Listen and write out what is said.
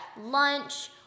lunch